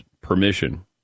permission